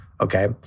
Okay